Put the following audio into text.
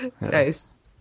Nice